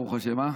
ברוך השם.